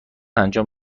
انجام